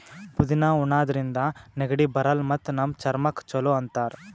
ಪುದಿನಾ ಉಣಾದ್ರಿನ್ದ ನೆಗಡಿ ಬರಲ್ಲ್ ಮತ್ತ್ ನಮ್ ಚರ್ಮಕ್ಕ್ ಛಲೋ ಅಂತಾರ್